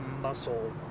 muscle